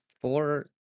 four